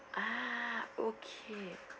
ah okay